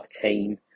team